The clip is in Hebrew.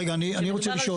רגע, אני רוצה לשאול.